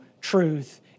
truth